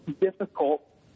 difficult